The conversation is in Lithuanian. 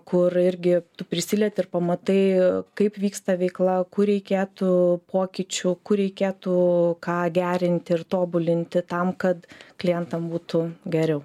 kur irgi tu prisilieti ir pamatai kaip vyksta veikla kur reikėtų pokyčių kur reikėtų ką gerinti ir tobulinti tam kad klientam būtų geriau